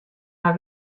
har